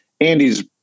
Andy's